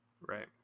Right